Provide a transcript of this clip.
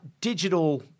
digital